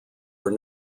are